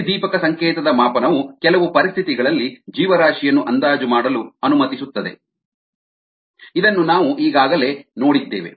ಪ್ರತಿದೀಪಕ ಸಂಕೇತದ ಮಾಪನವು ಕೆಲವು ಪರಿಸ್ಥಿತಿಗಳಲ್ಲಿ ಜೀವರಾಶಿಯನ್ನು ಅಂದಾಜು ಮಾಡಲು ಅನುಮತಿಸುತ್ತದೆ ಇದನ್ನು ನಾವು ಈಗಾಗಲೇ ನೋಡಿದ್ದೇವೆ